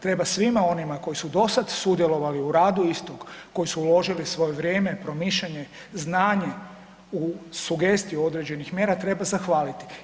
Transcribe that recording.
Treba svima onima koji su dosada sudjelovali u radu istog, koji su uložili svoje vrijeme, promišljanje, znanje, sugestiju određenih mjera, treba zahvaliti.